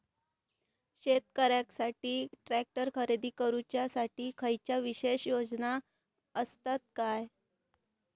शेतकऱ्यांकसाठी ट्रॅक्टर खरेदी करुच्या साठी खयच्या विशेष योजना असात काय?